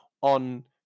on